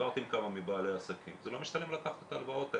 דיברתי עם כמה מבעלי העסקים זה לא משתלם לקחת את ההלוואות האלה.